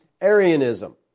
Arianism